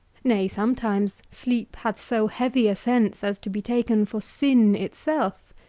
nay, sometimes sleep hath so heavy a sense, as to be taken for sin itself,